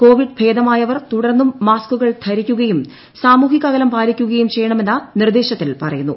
Covid ഭേദമായവർ തുടർന്നും മാസ്കുകൾ ധരിയ്ക്കുകയും സാമൂഹിക അകലം പാലിക്കുകയും ചെയ്യണമെന്ന് നിർദേശത്തിൽ പറയുന്നു